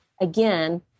again